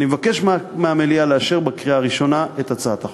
אני מבקש מהמליאה לאשר בקריאה ראשונה את הצעת החוק.